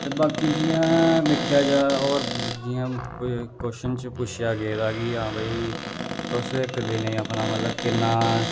ते बाकी जियां दिक्खेआ जा होर जियां कोई कावच्छन च पुच्छेआ गेदा कि हां भाई तुस इक दिनें च मतलब किन्ना